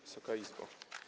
Wysoka Izbo!